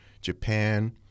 Japan